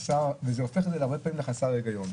וזה הופך את זה הרבה פעמים לחסר היגיון.